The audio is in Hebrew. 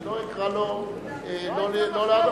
אני לא אקרא לו לא לענות.